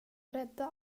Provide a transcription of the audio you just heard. rädda